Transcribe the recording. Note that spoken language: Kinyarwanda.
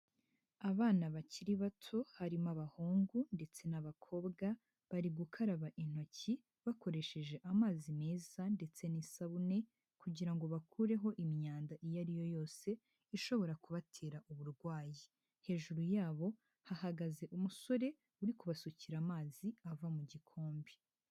Abana bakiri bato harimo abahungu ndetse n'abakobwa, bari gukaraba intoki bakoresheje amazi meza ndetse n'isabune kugira ngo bakureho imyanda iyo ari yo yose ishobora kubatera uburwayi. Hejuru yabo hahagaze umusore uri kubasukira amazi ava mu gikombe.